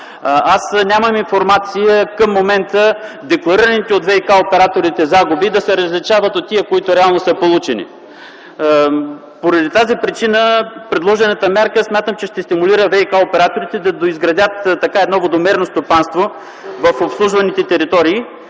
Аз нямам информация към момента декларираните от ВиК операторите загуби да се различават от тези, които реално са получени. Поради тази причина смятам, че предложената мярка ще стимулира ВиК операторите да доизградят едно водомерно стопанство в обслужваните територии